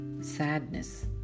sadness